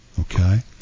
Okay